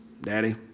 daddy